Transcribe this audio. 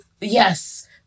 Yes